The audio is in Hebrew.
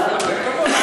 תן כבוד.